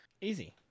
Easy